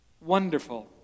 wonderful